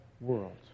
world